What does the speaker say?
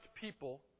people